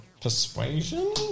persuasion